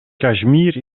kashmir